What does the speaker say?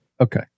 Okay